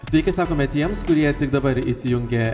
sveiki sakome tiems kurie tik dabar įsijungė